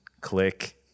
click